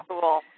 Cool